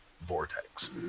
vortex